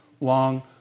long